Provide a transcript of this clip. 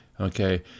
okay